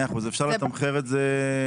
מאיר, אפשר לתמחר את זה?